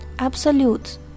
absolute